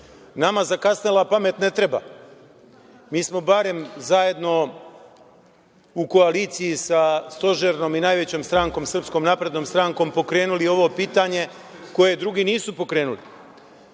delo. Nama zakasnela pamet ne treba. Mi smo barem zajedno u koaliciji sa stožernom i najvećom strankom, Srpskom naprednom strankom pokrenuli ovo pitanje koje drugi nisu pokrenuli. Postavlja